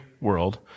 world